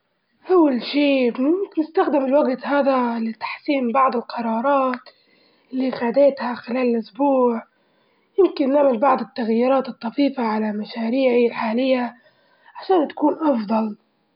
أول شي بنستخدم الوجت هذا لتحسين بعض القرارات اللي خدتها خلال أسبوع يمكن نعمل بعض التغييرات الطفيفة على مشاريعي الحالية عشان تكون أفضل.